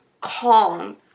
calm